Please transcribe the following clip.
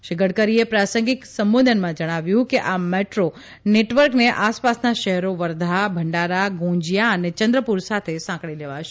શ્રી ગડકરીએ પ્રાસંગિક સંબોધનમાં જણાવ્યું કે આ મેટ્રો નેટવર્કને આસપાસનાં શહેરો વર્ધા ભંડારા ગોંજિયા અને ચંદ્રપુર સાથે સાંકળી લેવાશે